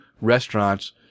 restaurants